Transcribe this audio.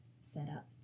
setup